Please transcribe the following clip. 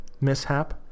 mishap